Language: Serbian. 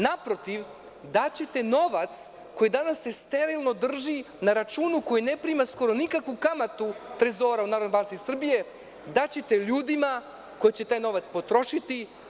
Naprotiv, daćete novac koji se danas sterilno drži na računu koji ne prima skoro nikakvu kamatu Trezora u NBS, daćete ljudima koji će taj novac potrošiti.